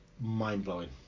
mind-blowing